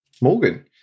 Morgan